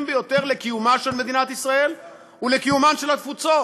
ביותר לקיומה של מדינת ישראל ולקיומן של התפוצות,